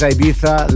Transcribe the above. Ibiza